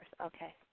okay